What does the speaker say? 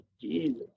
Jesus